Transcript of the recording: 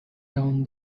down